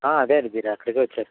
అదే అండి మీరు అక్కడికే వచ్చారు